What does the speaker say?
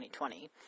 2020